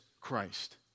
Christ